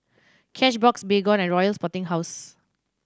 Cashbox Baygon and Royal Sporting House